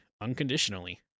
unconditionally